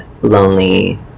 lonely